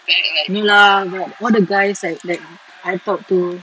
no lah but all the guys like that I talk to